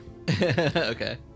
okay